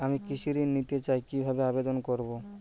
আমি কৃষি ঋণ নিতে চাই কি ভাবে আবেদন করব?